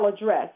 address